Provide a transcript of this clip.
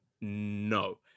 No